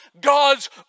God's